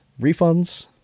refunds